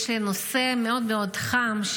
יש לי נושא מאוד מאוד חם,